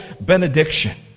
benediction